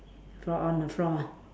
floor on the floor ah